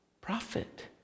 Prophet